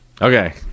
okay